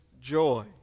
joy